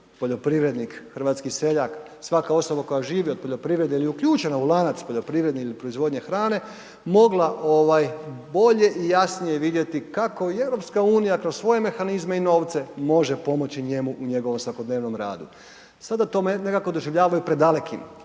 poljoprivrednik, hrvatski seljak, svaka osoba koja živi od poljoprivrede ili je uključena u lanac poljoprivrede ili proizvodnje hrane, mogla bolje i jasnije vidjeti kako i EU kroz svoje mehanizme i novce može pomoći njemu u njegovom svakodnevnom radu. Sada to nekako doživljavaju predalekim,